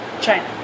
China